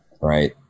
Right